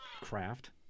craft